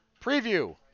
Preview